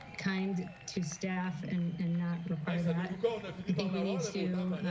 kind to staff and and not require that i think we need to